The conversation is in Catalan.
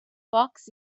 focs